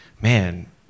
man